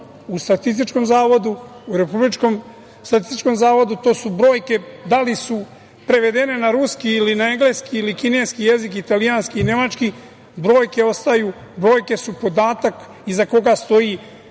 u Republičkom zavodu za statistiku, to su brojke, da li su prevedene na ruski ili engleski ili kineski jezik, italijanski ili nemački, brojke ostaju. Brojke su podatak iza koga stoji